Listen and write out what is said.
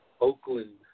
Oakland